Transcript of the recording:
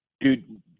Dude